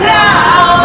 now